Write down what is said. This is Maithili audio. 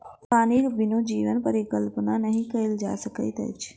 पानिक बिनु जीवनक परिकल्पना नहि कयल जा सकैत अछि